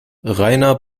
rainer